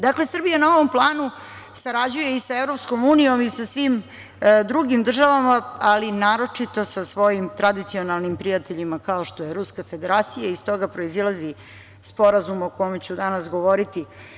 Dakle, Srbija na ovom planu sarađuje i sa Evropskom unijom i sa svim drugim državama, ali naročito sa svojim tradicionalnim prijateljima, kao što je Ruska Federacija i iz toga proizilazi Sporazum o kome ću danas govoriti.